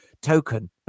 token